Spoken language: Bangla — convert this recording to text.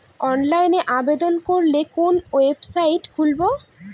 অনলাইনে আবেদন করলে কোন ওয়েবসাইট খুলব?